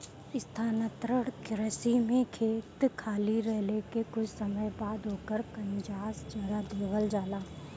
स्थानांतरण कृषि में खेत खाली रहले के कुछ समय बाद ओकर कंजास जरा देवल जाला